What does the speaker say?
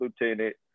lieutenant